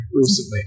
recently